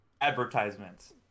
advertisements